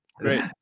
Great